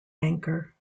anchor